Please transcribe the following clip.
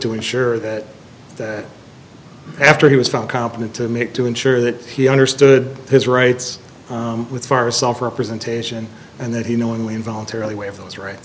to ensure that after he was found competent to make to ensure that he understood his rights with far as self representation and that he knowingly and voluntarily way of those right